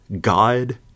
God